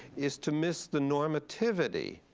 is to miss the normativity,